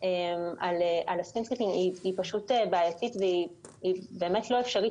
העסקים הקטנים והבינוניים הם בהחלט צרכנים